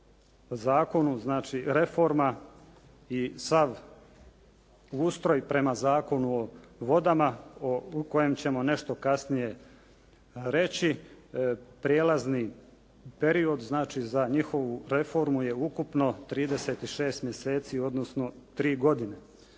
znači reforma i sav ustroj prema Zakonu o vodama o kojem ćemo nešto kasnije reći, prijelazni period znači za njihovu reformu je ukupno 36 mjeseci odnosno 3 godine.